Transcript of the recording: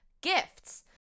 gifts